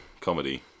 comedy